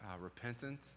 repentant